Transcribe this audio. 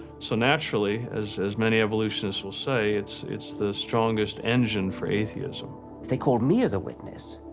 so, naturally, as as many evolutionists will say, it's it's the strongest engine for atheism. if they called me as a witness,